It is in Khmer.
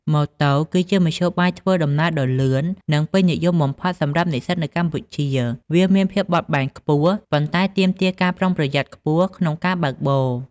ម៉ូតូគឺជាមធ្យោបាយធ្វើដំណើរដ៏លឿន និងពេញនិយមបំផុតសម្រាប់និស្សិតនៅកម្ពុជា វាមានភាពបត់បែនខ្ពស់ ប៉ុន្តែទាមទារការប្រុងប្រយ័ត្នខ្ពស់ក្នុងការបើកបរ។